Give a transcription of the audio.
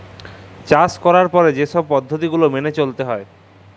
চাষ ক্যরার পরে যে ছব পদ্ধতি গুলা ম্যাইলে চ্যইলতে হ্যয়